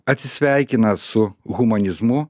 atsisveikina su humanizmu